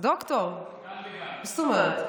הוא דוקטור, מה זאת אומרת?